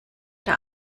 der